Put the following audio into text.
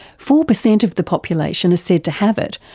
four percent of the population are said to have it,